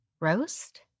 Roast